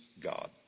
God